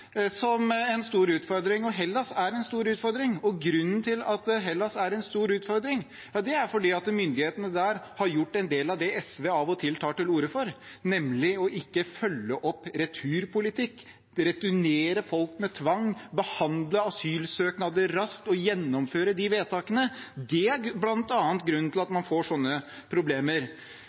som en stor utfordring. Hellas er en stor utfordring, og grunnen til at Hellas er en stor utfordring, er at myndighetene der har gjort en del av det SV av og til tar til orde for, nemlig ikke å følge opp returpolitikk – returnere folk med tvang, behandle asylsøknader raskt og gjennomføre de vedtakene. Det er bl.a. grunnen til at man får sånne problemer.